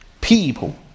people